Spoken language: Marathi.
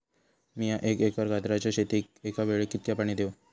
मीया एक एकर गाजराच्या शेतीक एका वेळेक कितक्या पाणी देव?